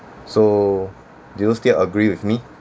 so do you still agree with me